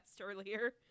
earlier